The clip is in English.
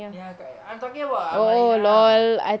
ya correct ya I'm talking about malinah